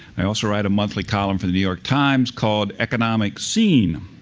i also write a monthly column for the new york times called economic scene.